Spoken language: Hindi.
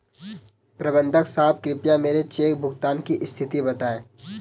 प्रबंधक साहब कृपया मेरे चेक भुगतान की स्थिति बताएं